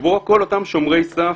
שבו כל אותם שומרי סף,